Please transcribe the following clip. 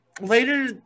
later